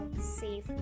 safe